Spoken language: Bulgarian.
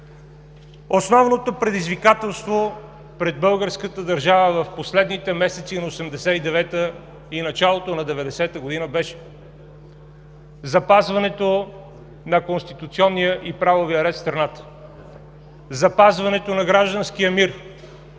Основното предизвикателство пред българската държава в последните месеци на 1989 г. и началото на 1990 г. беше запазването на конституционния и правовия ред в страната, запазването на гражданския мир,